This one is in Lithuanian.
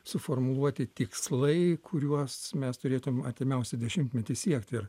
suformuluoti tikslai kuriuos mes turėtum artimiausią dešimtmetį siekti ir